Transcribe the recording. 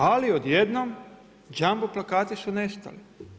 Ali, odjednom, jumbo plakati su nestali.